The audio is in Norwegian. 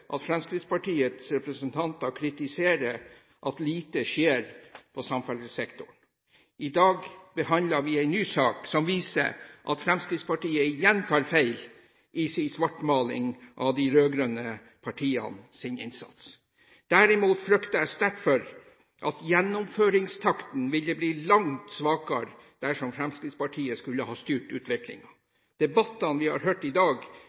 at Fremskrittspartiets representanter kritiserer at lite skjer på samferdselssektoren. I dag behandler vi en ny sak som viser at Fremskrittspartiet igjen tar feil i sin svartmaling av de rød-grønne partienes innsats. Derimot frykter jeg sterkt for at gjennomføringstakten ville blitt langt svakere dersom Fremskrittspartiet skulle ha styrt utviklingen. Debattene vi har hørt i dag,